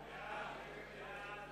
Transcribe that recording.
קדימה,